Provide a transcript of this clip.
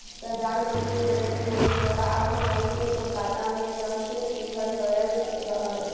प्रधान मंत्री नरेंद्र मोदी द्वारा आठ मई के कोलकाता में लॉन्च किहल गयल रहल